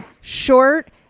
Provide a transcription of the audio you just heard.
short